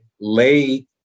lay